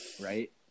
Right